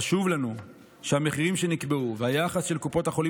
חשוב לנו שהמחירים שנקבעו והיחס של קופות החולים